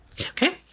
Okay